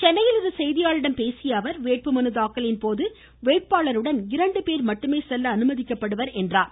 சென்னையில் இன்று செய்தியாளர்களிடம் பேசிய அவர் வேட்பு மனு தாக்கலின் போது வேட்பாளருடன் இரண்டு பேர் மட்டுமே செல்ல அனுமதிக்கப்படுவர் என்றார்